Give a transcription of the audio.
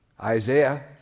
Isaiah